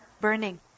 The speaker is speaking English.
burning